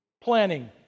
Planning